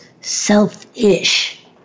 selfish